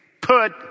put